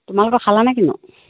তোমালোকৰ খালা নে কিনো